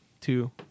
two